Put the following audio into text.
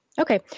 Okay